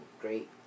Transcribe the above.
great